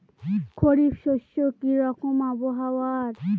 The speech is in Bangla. খরিফ শস্যে কি রকম আবহাওয়ার?